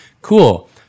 cool